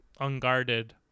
unguarded